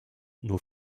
nur